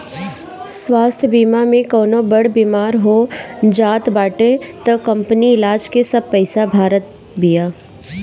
स्वास्थ्य बीमा में कवनो बड़ बेमारी हो जात बाटे तअ कंपनी इलाज के सब पईसा भारत बिया